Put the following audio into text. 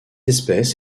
espèce